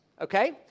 Okay